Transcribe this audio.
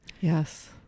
Yes